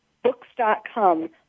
Books.com